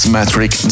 Metric